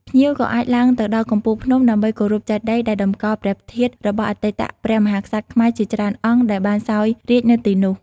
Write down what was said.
ភ្ញៀវក៏អាចឡើងទៅដល់កំពូលភ្នំដើម្បីគោរពចេតិយដែលតម្កល់ព្រះធាតុរបស់អតីតព្រះមហាក្សត្រខ្មែរជាច្រើនអង្គដែលបានសោយរាជ្យនៅទីនោះ។